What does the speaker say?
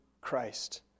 Christ